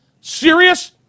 Serious